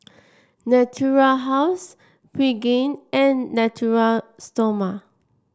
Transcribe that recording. Natura House Pregain and Natura Stoma